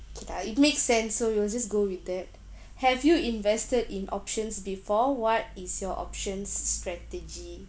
kay lah it makes sense so we will just go with that have you invested in options before what is your options strategy